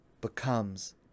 becomes